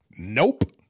Nope